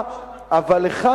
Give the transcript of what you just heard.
מנכ"ל,